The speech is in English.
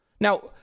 Now